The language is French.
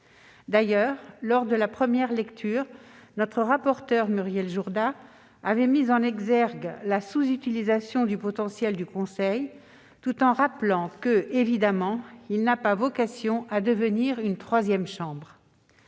D'ailleurs, lors de la première lecture, notre rapporteur, Muriel Jourda, avait mis en exergue la sous-utilisation du potentiel du Conseil, tout en rappelant que, évidemment, il n'avait pas vocation à devenir une « troisième chambre